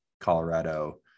Colorado